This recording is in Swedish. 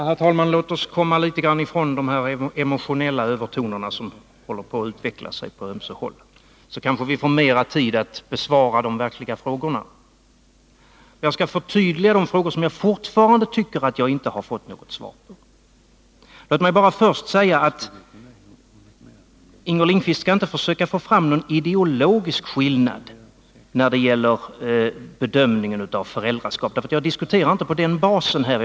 Herr talman! Låt oss komma ifrån de emotionella övertoner som håller på att utveckla sig på ömse håll, så kanske vi får mera tid för att besvara de verkliga frågorna. Jag skall förtydliga de frågor som jag fortfarande anser att jag inte har fått svar på. Låt mig först säga att Inger Lindquist inte skall försöka få fram någon ideologisk skillnad när det gäller bedömningen av föräldraskap, därför att jag diskuterar inte på den basen här.